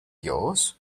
yours